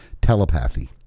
telepathy